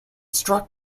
struck